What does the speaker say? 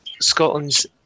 Scotland's